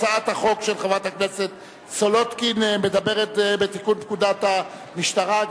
הצעת החוק של חברת הכנסת סולודקין מדברת בתיקון פקודת המשטרה.